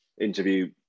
interview